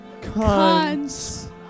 cons